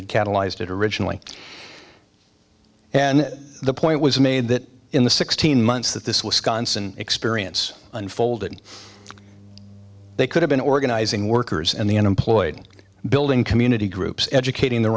it catalyzed it originally and the point was made that in the sixteen months that this wisconsin experience unfolded they could have been organizing workers and the unemployed building community groups educating the